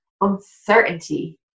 uncertainty